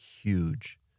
huge